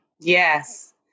Yes